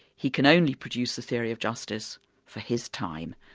he can only produce a theory of justice for his time,